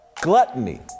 Gluttony